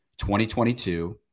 2022